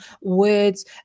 words